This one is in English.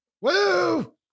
Woo